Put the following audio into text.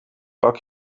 pak